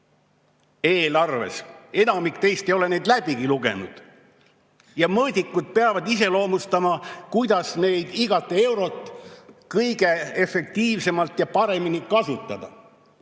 mõõdikud. Enamik teist ei ole neid läbigi lugenud. Ja mõõdikud peavad iseloomustama, kuidas igat eurot kõige efektiivsemalt ja paremini kasutada,